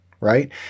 right